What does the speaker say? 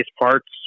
parts